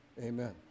Amen